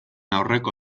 aurreko